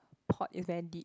port is very deep